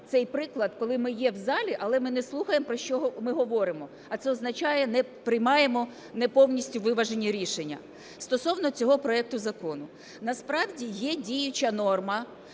цей приклад, коли ми є в залі, але ми не слухаємо, про що ми говоримо, а це означає, не приймаємо неповністю виважені рішення. Стосовно цього проекту закону. Насправді є діюча норма